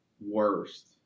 worst